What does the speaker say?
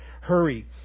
Hurry